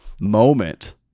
moment